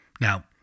Now